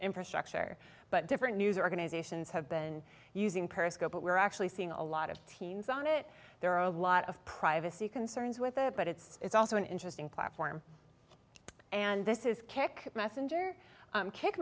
infrastructure but different news organizations have been using periscope but we're actually seeing a lot of teens on it there are a lot of privacy concerns with it but it's also an interesting platform and this is kick messenger